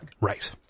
Right